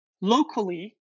Locally